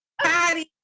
Patty